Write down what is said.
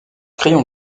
crayons